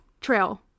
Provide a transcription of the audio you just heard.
Trail